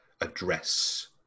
address